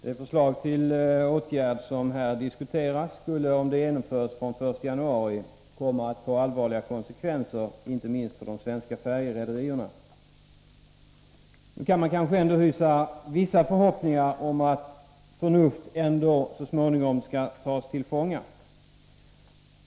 Herr talman! Det förslag till åtgärd som här diskuteras skulle, om det genomfördes från den 1 januari, komma att få allvarliga konsekvenser, inte minst för de svenska färjerederierna. Nu kan man kanske ändå hysa vissa förhoppningar om att förnuftet så småningom skall tas till fånga.